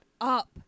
up